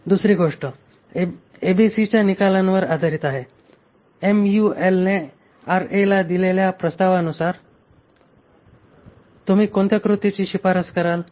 दुसरी गोष्ट एबीसीच्या निकालांवर आधारित आहे एमयुएलने आरएला दिलेल्या प्रस्तावासंदर्भात तुम्ही कोणत्या कृतीची शिफारस कराल